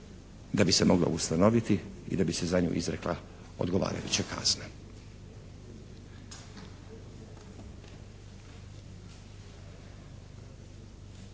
da bi se mogla ustanoviti i da bi se za nju izrekla odgovarajuća kazna.